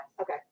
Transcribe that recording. okay